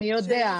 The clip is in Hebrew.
מי יודע?